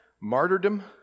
martyrdom